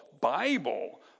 Bible